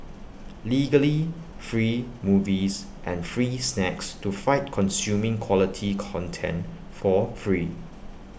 legally free movies and free snacks to fight consuming quality content for free